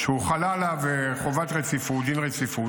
שהוחלה עליו חובת רציפות, דין רציפות.